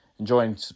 enjoying